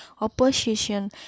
opposition